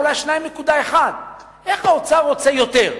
עולה 2.1. איך האוצר רוצה יותר?